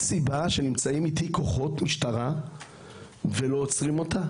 יש סיבה שנמצאים איתי כוחות משטרה ולא עוצרים אותם?